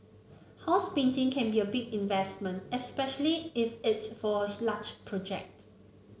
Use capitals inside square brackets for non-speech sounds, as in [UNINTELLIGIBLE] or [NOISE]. house painting can be a big investment especially if it's for a [UNINTELLIGIBLE] large project